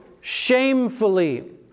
shamefully